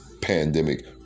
pandemic